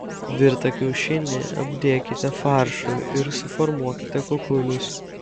virtą kiaušinį apdėkite faršu ir suformuokite kukulius